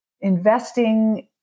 investing